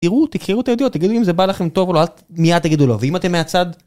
תראו תקראו את העדויות תגידו אם זה בא לכם טוב או לא, אל מייד תגידו לא. ואם אתם מהצד.